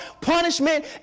punishment